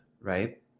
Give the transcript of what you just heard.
right